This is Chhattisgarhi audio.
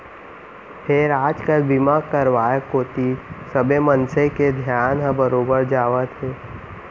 फेर आज काल बीमा करवाय कोती सबे मनसे के धियान हर बरोबर जावत हे